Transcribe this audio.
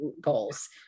goals